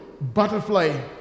butterfly